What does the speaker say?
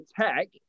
tech